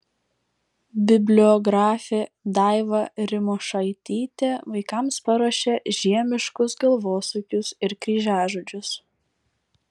bibliografė daiva rimošaitytė vaikams paruošė žiemiškus galvosūkius ir kryžiažodžius